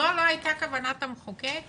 זו לא הייתה כוונת המחוקק.